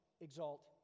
exalt